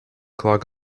clog